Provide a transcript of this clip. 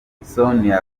sonia